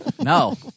no